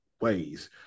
ways